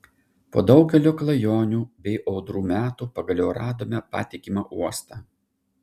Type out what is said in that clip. po daugelio klajonių bei audrų metų pagaliau radome patikimą uostą